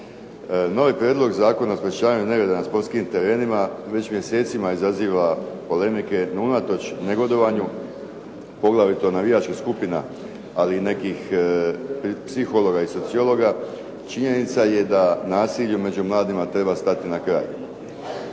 Novi prijedlog Zakona o sprečavanju nereda na sportskim terenima, već mjesecima izaziva polemike, no unatoč negodovanju poglavito navijačkih skupina ili nekih psihologa i sociologa činjenica je da nasilju među mladima treba stati na kraj.